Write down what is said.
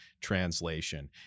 translation